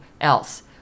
else